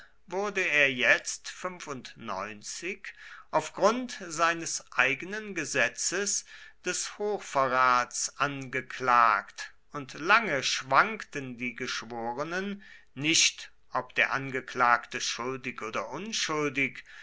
wurde er jetzt auf grund seines eigenen gesetzes des hochverrats angeklagt und lange schwankten die geschworenen nicht ob der angeklagte schuldig oder unschuldig